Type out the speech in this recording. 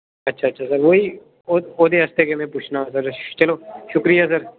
अच्छा अच्छा सर ओह् ही ओह्दे आस्तै गै मैं पुच्छना हा सर चलो शुक्रिया सर